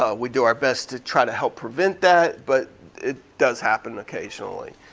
ah we do our best to try to help prevent that but it does happen occasionally.